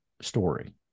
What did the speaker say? story